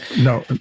No